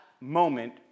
moment